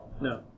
No